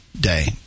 day